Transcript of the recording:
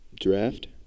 draft